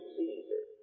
Caesar